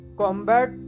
combat